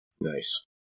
Nice